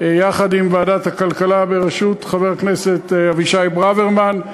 יחד עם ועדת הכלכלה בראשות חבר הכנסת אבישי ברוורמן.